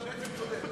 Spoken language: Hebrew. אתה בעצם צודק.